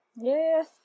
Yes